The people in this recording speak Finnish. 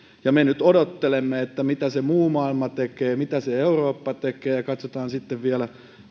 me nyt odottelemme mitä se muu maailma tekee mitä se eurooppa tekee ja katsotaan sitten vielä